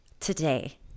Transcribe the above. today